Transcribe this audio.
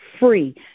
free